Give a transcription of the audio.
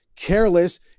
careless